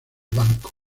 banco